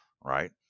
right